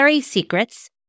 Secrets